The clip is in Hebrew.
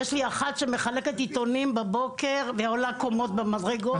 יש לי אחת שאני מכירה שמחלקת עיתונים בבוקר והיא עולה קומות במדרגות.